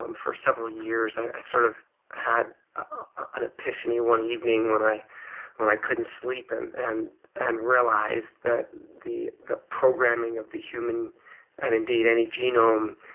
um for several years. i sort of had an epiphany one evening when i when i couldn't sleep and and and realized that the the programming of the human and, indeed any genome,